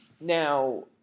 Now